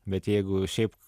bet jeigu šiaip